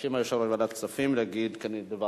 מבקשים מיושב-ראש ועדת כספים לברך.